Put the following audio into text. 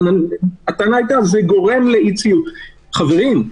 אבל הטענה הייתה שזה גורם לאי-ציות חברים,